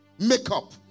makeup